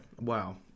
Wow